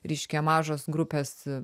reiškia mažos grupės